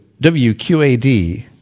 WQAD